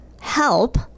help